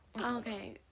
Okay